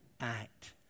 Act